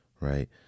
right